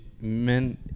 men